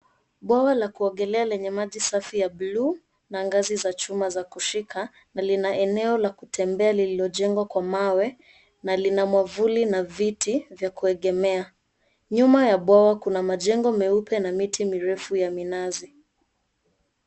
Bwawa la kuogelea lenye maji safi ya blue na ngazi za chuma za kushika lina eneo la kutembea lililojengwa kwa mawe na lina mwavuli na viti wya kuegemea. Nyuma ya bwawa kuna majengo meupe na miti mirefu ya minazi.